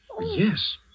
Yes